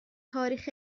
تاریخ